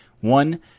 One